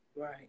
right